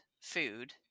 food